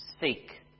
seek